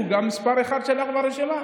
הוא גם מס' אחת שלך ברשימה.